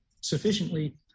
sufficiently